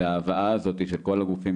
ההבאה הזאת של כל הגופים,